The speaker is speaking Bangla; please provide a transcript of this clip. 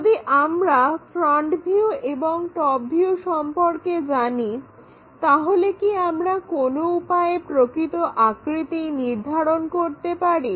যদি আমরা ফ্রন্ট ভিউ এবং টপ ভিউ সম্পর্কে জানি তাহলে কি আমরা কোনো উপায়ে প্রকৃত আকৃতি নির্ধারণ করতে পারি